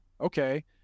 okay